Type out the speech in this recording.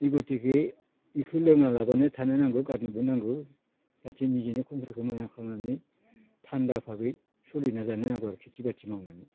E गतिके इखो लोङा लाबानो थानो नांगौ गारनो नांगौ जाहाथे निजैनो कन्ट्र्लखौ मोजां खालामनानै थान्दा भाबै सोलिना जानो नांगौ आरोखि खिथि बाथि मावनानै